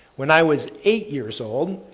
when i was eight years old,